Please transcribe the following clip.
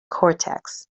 cortex